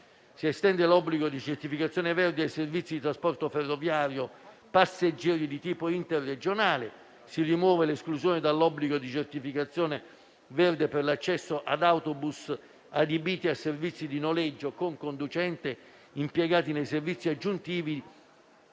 Si estende l'obbligo di certificazione verde ai servizi di trasporto ferroviario passeggeri di tipo interregionale. Si rimuove l'esclusione dall'obbligo di certificazione verde per l'accesso ad autobus adibiti a servizi di noleggio con conducente impiegati nei servizi aggiuntivi